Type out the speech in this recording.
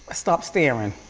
ah stop staring.